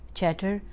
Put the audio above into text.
Chatter